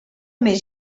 més